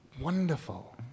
wonderful